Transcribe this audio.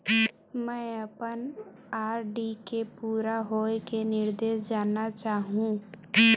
मैं अपन आर.डी के पूरा होये के निर्देश जानना चाहहु